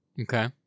Okay